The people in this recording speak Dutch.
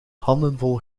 handenvol